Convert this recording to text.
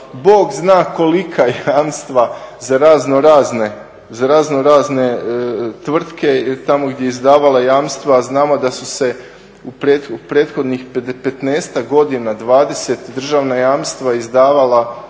Bog zna kolika jamstva za raznorazne tvrtke tamo gdje je izdavala jamstva, a znamo da su se u prethodnih 15-ak godina, 20 državna jamstva izdavala